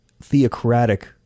theocratic